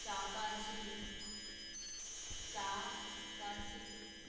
चाकांशी शाकांशी